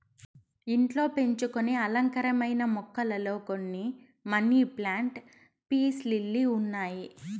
ఇంట్లో పెంచుకొనే అలంకారమైన మొక్కలలో కొన్ని మనీ ప్లాంట్, పీస్ లిల్లీ ఉన్నాయి